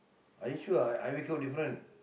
are you sure high~ highway code is different